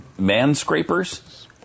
manscrapers